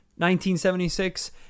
1976